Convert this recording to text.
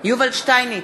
יובל שטייניץ,